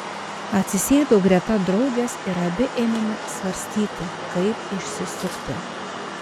atsisėdau greta draugės ir abi ėmėme svarstyti kaip išsisukti